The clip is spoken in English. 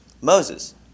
Moses